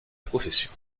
profession